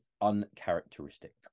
uncharacteristic